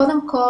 קודם כל,